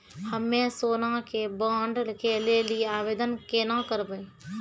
हम्मे सोना के बॉन्ड के लेली आवेदन केना करबै?